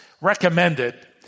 recommended